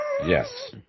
Yes